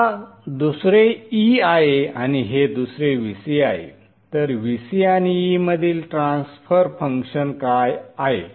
आता दुसरे e आहे आणि हे दुसरे Vc आहे तर Vc आणि e मधील ट्रान्सफर फंक्शन काय आहे